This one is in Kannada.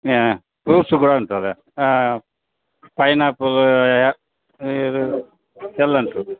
ಹಾಂ ತೋರ್ಸುಗ ಅಂಥದ್ದು ಪೈನ್ ಆ್ಯಪಲ್ ಇದು ಎಲ್ಲ ಉಂಟು